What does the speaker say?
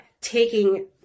taking